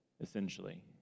essentially